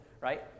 right